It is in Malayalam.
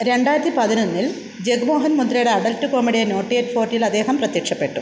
രണ്ടായിരത്തി പതിനൊന്നിൽ ജഗ്മോഹൻ മുന്ദ്രയുടെ അഡൽറ്റ് കോമഡിയായ നോട്ടി അറ്റ് ഫോർട്ടിയിൽ അദ്ദേഹം പ്രത്യക്ഷപ്പെട്ടു